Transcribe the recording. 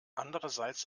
andererseits